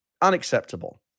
Unacceptable